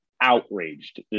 outraged